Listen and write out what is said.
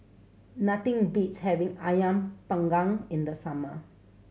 nothing beats having Ayam Panggang in the summer